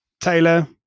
Taylor